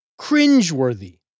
Cringeworthy